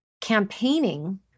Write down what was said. campaigning